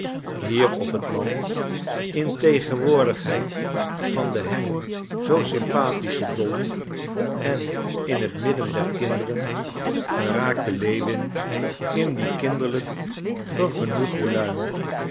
hier op het land in tegenwoordigheid van de hem zoo sympathische dolly en in het midden der kinderen geraakte lewin in die kinderlijk vergenoegde luim